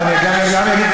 ואני גם אגיד,